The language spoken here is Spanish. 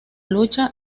lucha